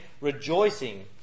rejoicing